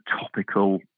topical